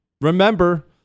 Remember